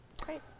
great